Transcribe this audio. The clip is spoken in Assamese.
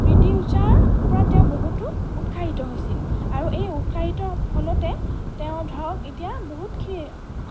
পি টি ঊষাৰ পৰা তেওঁ বহুতো উৎসাহিত হৈছিল আৰু এই উৎসাহিত ফলতে তেওঁ ধৰক এতিয়া বহুতখিনি